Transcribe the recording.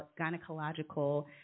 gynecological